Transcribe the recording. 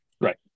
Right